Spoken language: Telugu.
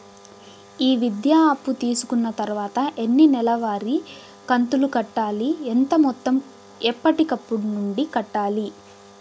ఈ విద్యా అప్పు తీసుకున్న తర్వాత ఎన్ని నెలవారి కంతులు కట్టాలి? ఎంత మొత్తం ఎప్పటికప్పుడు నుండి కట్టాలి?